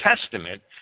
Testament